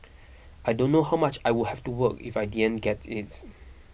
I don't know how much I would have to work if I didn't get it